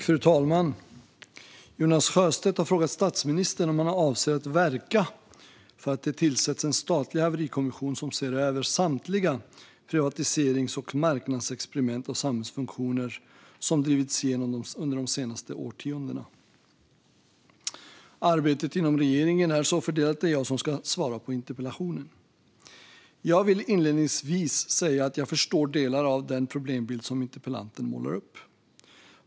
Fru talman! Jonas Sjöstedt har frågat statsministern om han avser att verka för att det ska tillsättas en statlig haverikommission som ser över samtliga privatiserings och marknadsexperiment av samhällsfunktioner som drivits igenom under de senaste årtiondena. Arbetet inom regeringen är så fördelat att det är jag som ska svara på interpellationen. Jag vill inledningsvis säga att jag förstår delar av den problembild som interpellanten målar upp.